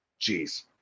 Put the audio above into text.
Jeez